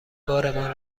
بارمان